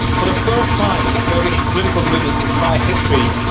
for the first time in the kurdish political movement's entire history,